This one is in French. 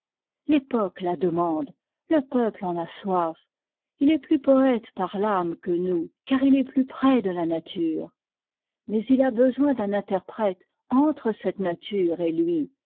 l'époque la demande le peuplé en a soif il est plus poète par l'ame que nous car il est plus près de la nature mais il a besoin d'un interprète entre cette nature et lui